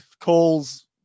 calls